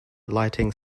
lighting